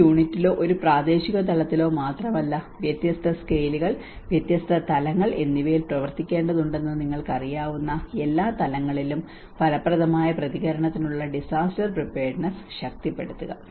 ഒരു യൂണിറ്റിലോ ഒരു പ്രാദേശിക തലത്തിലോ മാത്രമല്ല വ്യത്യസ്ത സ്കെയിലുകൾ വ്യത്യസ്ത തലങ്ങൾ എന്നിവയിൽ പ്രവർത്തിക്കേണ്ടതുണ്ടെന്ന് നിങ്ങൾക്കറിയാവുന്ന എല്ലാ തലങ്ങളിലും ഫലപ്രദമായ പ്രതികരണത്തിനുള്ള ഡിസാസ്റ്റർ പ്രീപയേർഡ്നെസ്സ് ശക്തിപ്പെടുത്തുക